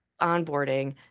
onboarding